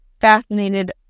fascinated